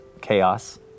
chaos